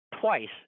Twice